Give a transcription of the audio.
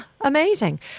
amazing